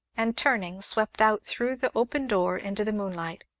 and turning, swept out through the open door into the moonlight.